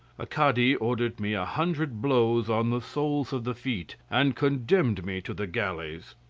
a cadi ordered me a hundred blows on the soles of the feet, and condemned me to the galleys.